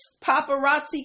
paparazzi